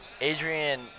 Adrian